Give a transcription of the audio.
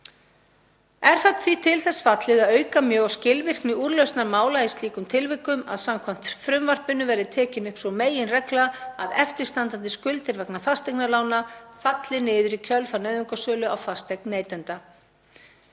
Er það því til þess fallið að auka mjög á skilvirkni úrlausnar mála í slíkum tilvikum að samkvæmt frumvarpinu verði tekin upp sú meginregla að eftirstandandi skuldir vegna fasteignalána falli niður í kjölfar nauðungarsölu á fasteign neytanda.